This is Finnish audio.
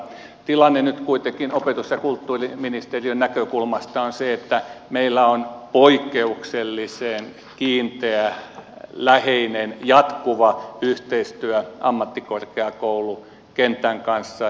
tilanne nyt kuitenkin opetus ja kulttuuriministeriön näkökulmasta on se että meillä on poikkeuksellisen kiinteä läheinen jatkuva yhteistyö ammattikorkeakoulukentän kanssa